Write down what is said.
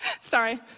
Sorry